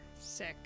Sick